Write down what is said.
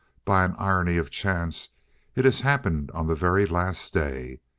by an irony of chance it has happened on the very last day.